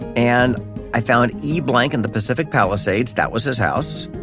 and i found e. blanc in the pacific palisades, that was his house.